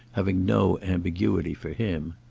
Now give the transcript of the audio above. having no ambiguity for him.